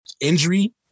Injury